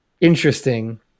interesting